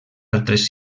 altres